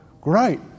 great